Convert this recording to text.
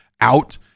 out